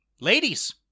ladies